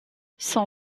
son